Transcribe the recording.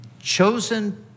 chosen